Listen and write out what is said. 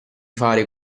fare